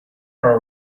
are